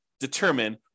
determine